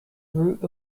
root